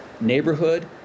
neighborhood